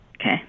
Okay